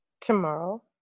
Tomorrow